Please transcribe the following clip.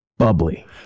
bubbly